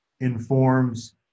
informs